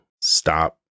stop